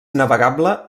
navegable